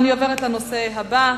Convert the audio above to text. אני עוברת לנושא הבא: